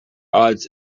odds